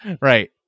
Right